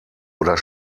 oder